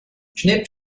schnipp